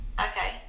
Okay